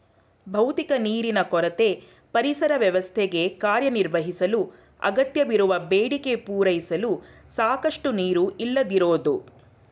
ಭೌತಿಕ ನೀರಿನ ಕೊರತೆ ಪರಿಸರ ವ್ಯವಸ್ಥೆಗೆ ಕಾರ್ಯನಿರ್ವಹಿಸಲು ಅಗತ್ಯವಿರುವ ಬೇಡಿಕೆ ಪೂರೈಸಲು ಸಾಕಷ್ಟು ನೀರು ಇಲ್ಲದಿರೋದು